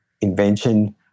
invention